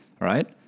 right